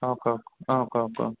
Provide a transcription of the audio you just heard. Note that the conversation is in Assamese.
অঁ ক অঁ ক ক